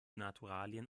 naturalien